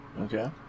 Okay